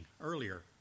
earlier